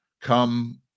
come